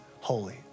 holy